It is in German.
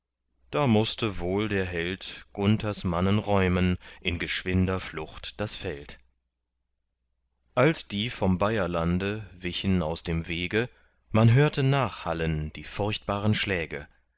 da mußte wohl der held günthers mannen räumen in geschwinder flucht das feld als die vom bayerlande wichen aus dem wege man hörte nachhallen die furchtbaren schläge